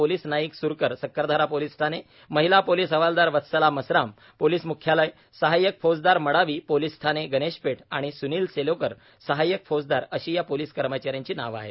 police Naik Surkar Sakkardara police ठाणे महिला police हवालदार वत्सला मसराम पोलीस मुख्यालय सहाय्यक फौजदार मडावी पोलीस ठाणे गणेश पेठ आणि सुनिल सेलोकर सहायक फौजदार अशी या पोलिस कर्मचा यांची नावे आहेत